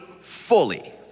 fully